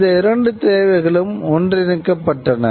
இந்த இரண்டு தேவைகளும் ஒன்றிணைக்கப்பட்டன